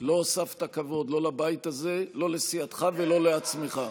לא הוספת כבוד לא לבית הזה, לא לסיעתך ולא לעצמך.